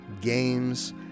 games